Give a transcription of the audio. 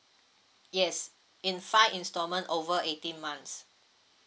yes in five installment over eighteen months